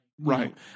right